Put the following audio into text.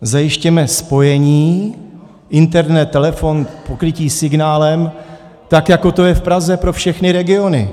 Zajistěme spojení, internet, telefon, pokrytí signálem tak, jako to je v Praze, pro všechny regiony.